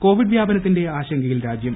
Covid വ്യാപനത്തിള്റെ ആശങ്കയിൽ രാജ്യം